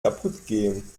kaputtgehen